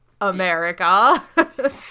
America